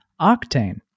Octane